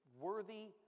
worthy